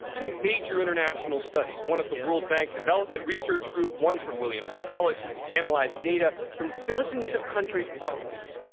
two major international studies, one at the world bank development research group, one from williams college analyzed data from dozens of countries' parliaments,